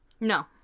No